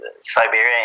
Siberia